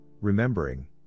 remembering